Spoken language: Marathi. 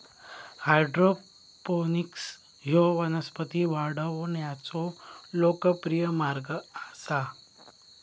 हायड्रोपोनिक्स ह्यो वनस्पती वाढवण्याचो लोकप्रिय मार्ग आसा